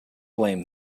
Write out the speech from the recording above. blame